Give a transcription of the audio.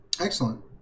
Excellent